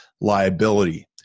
liability